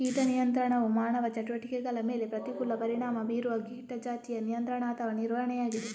ಕೀಟ ನಿಯಂತ್ರಣವು ಮಾನವ ಚಟುವಟಿಕೆಗಳ ಮೇಲೆ ಪ್ರತಿಕೂಲ ಪರಿಣಾಮ ಬೀರುವ ಕೀಟ ಜಾತಿಯ ನಿಯಂತ್ರಣ ಅಥವಾ ನಿರ್ವಹಣೆಯಾಗಿದೆ